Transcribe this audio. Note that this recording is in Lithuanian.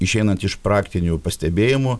išeinant iš praktinių pastebėjimų